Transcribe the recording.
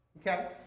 Okay